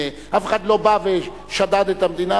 אף אחד לא בא ושדד את המדינה,